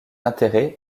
intérêt